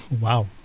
Wow